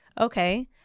okay